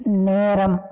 நேரம்